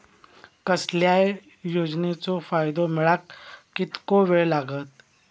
कसल्याय योजनेचो फायदो मेळाक कितको वेळ लागत?